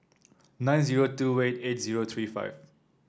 nine zero two eight eight zero three five